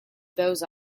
those